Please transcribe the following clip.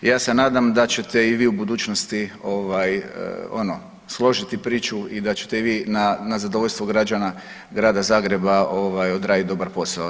I ja se nadam da ćete i vi u budućnosti ono složiti priču i da ćete i vi na zadovoljstvo građana grada Zagreba odraditi dobar posao.